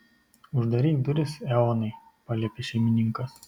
uždaryk duris eonai paliepė šeimininkas